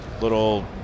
little